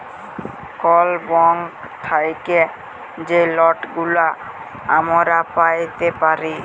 call bank থ্যাইকে যে লটগুলা আমরা প্যাইতে পারি